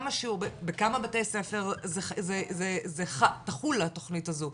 בכמה בתי ספר זה תחול התוכנית הזו,